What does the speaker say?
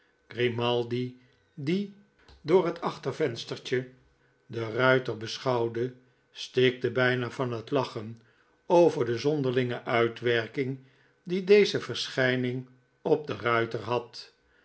die door het achtervenstertje den ruiter beschouwde stikte bijna van lachen over de zonderlinge uitwerking die deze verschijning op den ruiter had